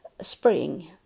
spring